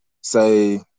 say